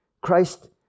Christ